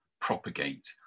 propagate